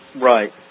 Right